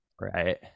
Right